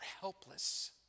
helpless